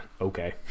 okay